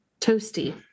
Toasty